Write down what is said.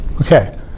Okay